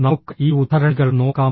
നമുക്ക് ഈ ഉദ്ധരണികൾ നോക്കാം